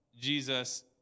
Jesus